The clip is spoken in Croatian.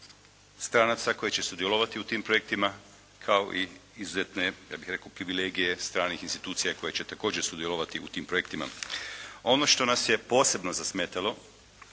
stranaca koji će sudjelovati u tim projektima kao i izuzetne ja bih rekao privilegije stranih institucija koje će također sudjelovati u tim projektima. Ono što nas je posebno zasmetalo